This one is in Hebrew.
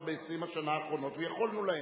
כבר ב-20 השנה האחרונות ויכולנו להם.